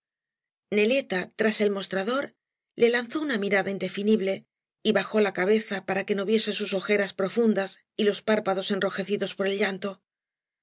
neleta tras el mostrador le lanzó una mirada indeflaible y bajó la cabeza para que no viese bus ojeras profundas y los párpados enrojecidos por el llanto